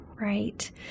Right